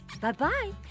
Bye-bye